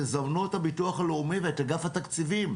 תזמנו את הביטוח הלאומי ואת אגף התקציבים,